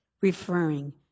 referring